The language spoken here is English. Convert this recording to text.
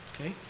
Okay